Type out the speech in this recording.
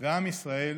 ועם ישראל